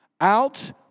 out